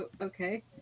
Okay